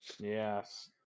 Yes